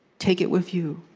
take it with you.